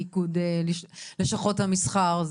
מאיגוד לשכות המסחר.